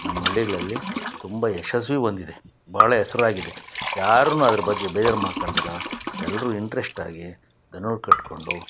ನಮ್ಮ ಹಳ್ಳಿಗಳಲ್ಲಿ ತುಂಬ ಯಶಸ್ವಿ ಹೊಂದಿದೆ ಬಹಳ ಹೆಸ್ರಾಗಿದೆ ಯಾರೂನೂ ಅದ್ರ ಬಗ್ಗೆ ಬೇಜಾರು ಮಾಡ್ಕಂಡ್ದಿರ ಎಲ್ಲರೂ ಇಂಟ್ರೆಸ್ಟಾಗಿ ದನಗಳು ಕಟ್ಟಿಕೊಂಡು